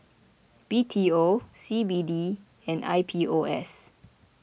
B T O C B D and I P O S